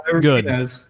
good